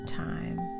time